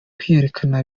kwiyerekana